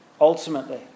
ultimately